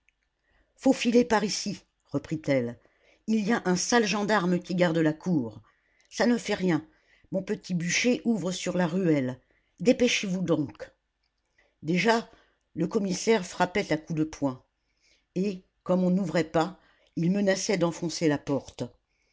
filer par ici reprit-elle il y a un sale gendarme qui garde la cour ça ne fait rien mon petit bûcher ouvre sur la ruelle dépêchez-vous donc déjà le commissaire frappait à coups de poing et comme on n'ouvrait pas il menaçait d'enfoncer la porte